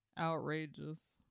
outrageous